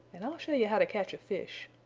and i'll show you how to catch a fish.